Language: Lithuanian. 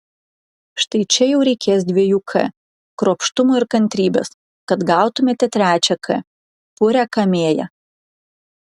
štai čia jau reikės dviejų k kruopštumo ir kantrybės kad gautumėte trečią k purią kamėją